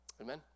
amen